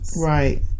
Right